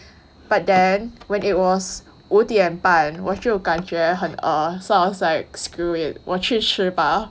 but then when it was 五点半我就感觉很饿 so I was like screw it 我去吃